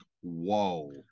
whoa